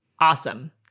Awesome